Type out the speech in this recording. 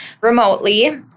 remotely